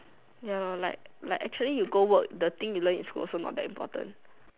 ya lor you go work like the thing you learn in school also not that important